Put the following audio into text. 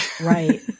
Right